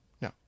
no